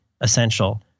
essential